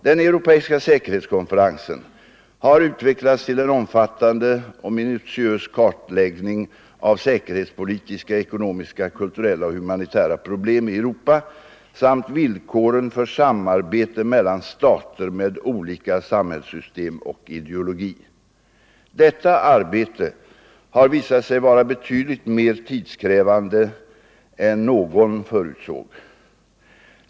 Den europeiska säkerhetskonferensen har utvecklats till en omfattande och minutiös kartläggning av säkerhetspolitiska, ekonomiska, kulturella och humanitära problem i Europa samt villkoren för samarbete mellan stater med olika samhällssystem och ideologi. Detta arbete har visat sig vara betydligt mer tidskrävande än någon förutsåg.